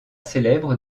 célèbres